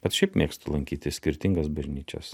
bet šiaip mėgstu lankyti skirtingas bažnyčias